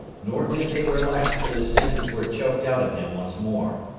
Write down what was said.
nor did they relax till his senses were choked out of him once more.